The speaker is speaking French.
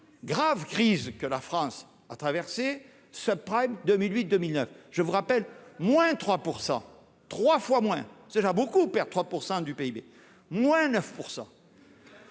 grave crise que la France a traversé subprimes 2008 2009, je vous rappelle, moins 3 % 3 fois moins ce genre beaucoup perd 3 % du PIB moins 9 %.